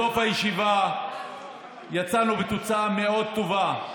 כבוד השר, בסוף הישיבה יצאנו עם תוצאה מאוד טובה: